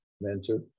Mentor